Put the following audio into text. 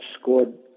scored